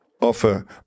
offer